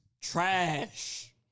trash